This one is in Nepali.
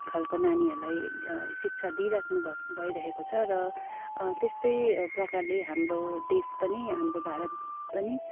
खालको नानीहरूलाई शिक्षा दिइराख्नुभएको भइरहेको छ र त्यस्तै प्रकारले हाम्रो देश पनि हाम्रो भारत पनि